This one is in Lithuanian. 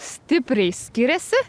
stipriai skiriasi